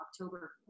October